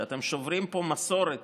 שאתם שוברים פה מסורת